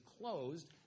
closed